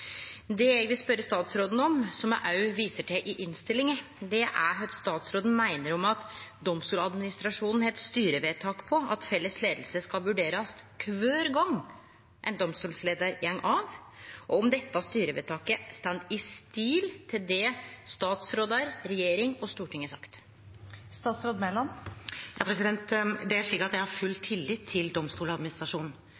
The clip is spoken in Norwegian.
Det eg vil spørje statsråden om, som me òg viser til i innstillinga, er kva statsråden meiner om at Domstoladministrasjonen har eit styrevedtak på at felles leiing skal vurderast kvar gong ein domstolsleiar går av, og om dette styrevedtaket står i stil med det statsrådar, regjering og storting har sagt. Jeg har full tillit til Domstoladministrasjonen. Jeg har tillit til at de gjør vurderinger. Jeg har full